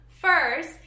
first